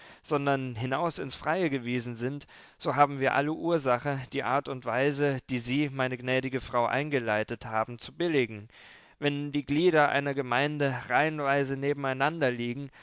sondern hinaus ins freie gewiesen sind so haben wir alle ursache die art und weise die sie meine gnädige frau eingeleitet haben zu billigen wenn die glieder einer gemeinde reihenweise nebeneinander liegen